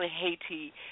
Haiti